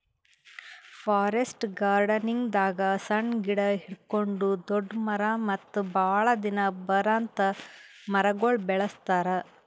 forest ಗಾರ್ಡನಿಂಗ್ದಾಗ್ ಸಣ್ಣ್ ಗಿಡ ಹಿಡ್ಕೊಂಡ್ ದೊಡ್ಡ್ ಮರ ಮತ್ತ್ ಭಾಳ್ ದಿನ ಬರಾಂತ್ ಮರಗೊಳ್ ಬೆಳಸ್ತಾರ್